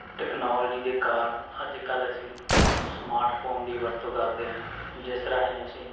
technology ਦੇ ਕਾਰਨ ਅੱਜ ਕੱਲ੍ਹ ਅਸੀਂ ਸਮਾਰਟਫੋਨ ਦੀ ਵਰਤੋਂ ਕਰਦੇ ਹੈ ਜਿਸ ਰਾਹੀਂ ਅਸੀਂ